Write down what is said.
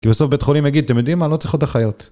כי בסוף בית החולים יגיד, אתם יודעים מה? לא צריך עוד אחיות.